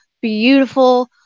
beautiful